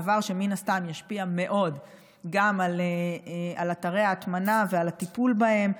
דבר שמן הסתם ישפיע מאוד גם על אתרי ההטמנה והטיפול בהם,